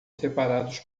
separados